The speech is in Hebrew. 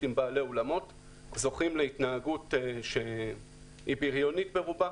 עם בעלי האולמות זוכים להתנהגות שהיא בריונית ברובה.